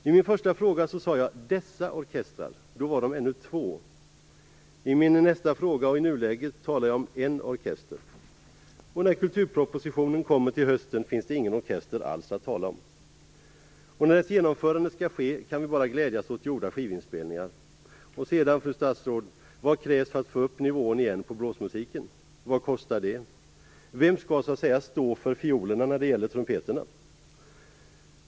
I min första fråga talade jag om dessa orkestrar. Då var de ännu två. I min nästa fråga och i nuläget talar jag om en orkester. Och när kulturpropositionen kommer till hösten finns det ingen orkester alls att tala om. När propositionen skall genomföras kan vi bara glädjas åt gjorda skivinspelningar. Fru statsråd! Vad krävs för att man skall få upp nivån igen på blåsmusiken? Vad kostar det? Vem skall så att säga stå för fiolerna när det gäller trumpeterna?